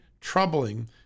troubling